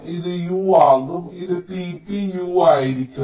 ഇത് U ആകും ഇത് tpU ആയിരിക്കും